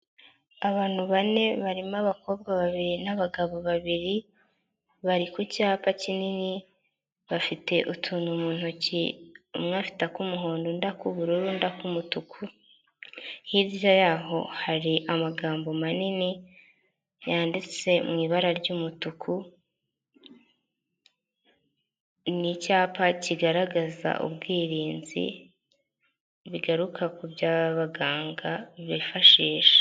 Abantu bane barimo abakobwa babiri n'abagabo babiri, bari ku cyapa kinini, bafite utuntu mu ntoki, umwe afite ak'umuhondo, undi ak'ubururu, undi ak'umutuku, hirya yaho hari amagambo manini yanditse mu ibara ry'umutuku, ni icyapa kigaragaza ubwirinzi, bigaruka ku byo abaganga bifashisha.